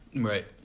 Right